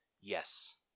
Yes